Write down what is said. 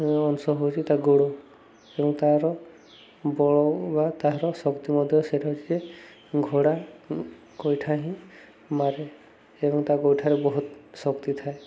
ଅଂଶ ହେଉଛି ତା' ଗୋଡ଼ ଏବଂ ତା'ର ବଳ ବା ତାହାର ଶକ୍ତି ମଧ୍ୟ ସେ ରହିଛି ଯେ ଘୋଡ଼ା ଗୋଇଠା ହିଁ ମାରେ ଏବଂ ତା' ଗୋଇଠାରେ ବହୁତ ଶକ୍ତି ଥାଏ